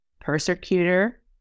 Persecutor